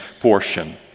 portion